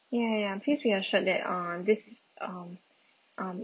ya ya please be assured that uh this um um